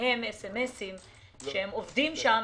מהם מסרונים שהם עובדים שם,